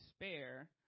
despair